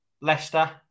Leicester